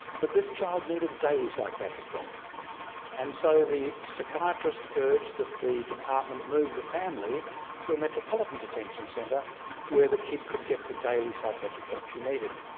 but this child needed daily psychiatric help and so the psychiatrist urged that the department move the family to a metropolitan detention centre where the kid could get the daily psychiatric help she needed.